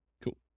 Cool